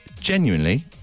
Genuinely